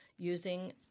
using